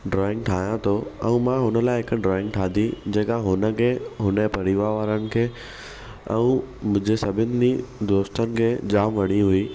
drawing ठाहियां थो ऐं मां हुन लाइ हिकु ड्रॉइंग ठाही जेका हुनखे हुनजे परिवारु वारनि खे ऐं मुंहिंजे सभिनी दोस्तनि खे जाम वणी हुई